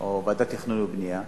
או ועדת תכנון ובנייה,